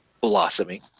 blossoming